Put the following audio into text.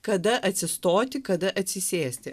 kada atsistoti kada atsisėsti